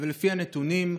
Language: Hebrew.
לפי הנתונים,